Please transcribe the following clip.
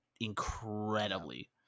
incredibly